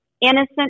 innocent